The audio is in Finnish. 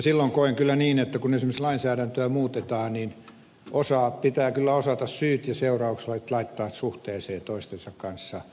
silloin koen kyllä niin että kun esimerkiksi lainsäädäntöä muutetaan niin pitää kyllä osata syyt ja seuraukset laittaa suhteeseen toistensa kanssa